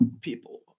people